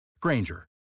Granger